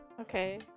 Okay